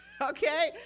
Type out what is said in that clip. okay